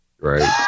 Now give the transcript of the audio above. Right